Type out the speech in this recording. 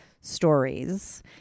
stories